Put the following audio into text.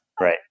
Right